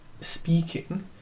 speaking